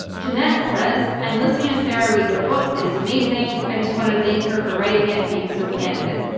jeanette says, i'm listening to sarah read her book. it is amazing, i just wanted to thank her for writing it and being so candid.